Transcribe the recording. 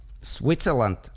Switzerland